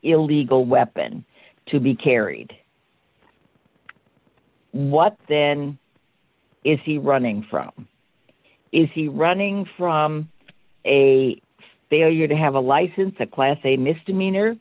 illegal weapon to be carried what then is he running from is he running from a failure to have a license a class a misdemeanor